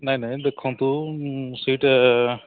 ନାହିଁ ନାହିଁ ଦେଖନ୍ତୁ ସେଇଟା